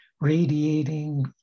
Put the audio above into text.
radiating